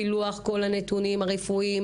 פילוח כל הנתונים הרפואיים,